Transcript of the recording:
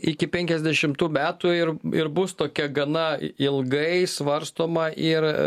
iki penkiasdešimtų metų ir ir bus tokia gana ilgai svarstoma ir